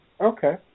Okay